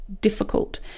difficult